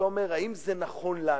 אתה אומר: האם זה נכון לנו?